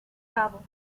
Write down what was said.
cabo